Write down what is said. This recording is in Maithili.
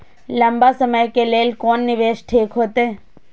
लंबा समय के लेल कोन निवेश ठीक होते?